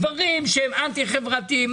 דברים שהם אנטי חברתיים.